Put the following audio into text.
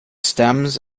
stems